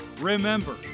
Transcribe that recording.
Remember